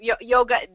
yoga